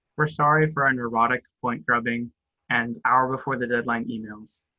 we're sorry for our neurotic point grubbing and hour before the deadline emails.